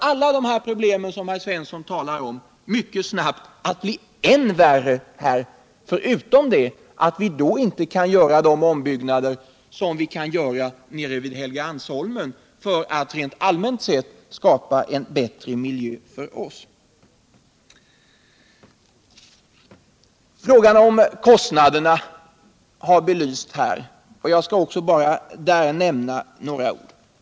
Alla de problem som Olle Svensson talar om kommer mycket snabbt att bli än värre här förutom att vi då inte kan göra de ombyggnader som vi kan göra nere vid Helgeandsholmen för att rent allmänt sett skapa en bättre miljö för oss. Frågan om kostnaderna har belysts här. Jag skall bara beröra den kortfattat.